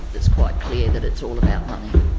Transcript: it's quite clear that it's all about money.